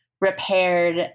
repaired